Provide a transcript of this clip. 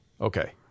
Okay